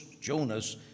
Jonas